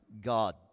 God